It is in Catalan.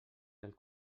del